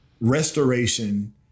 restoration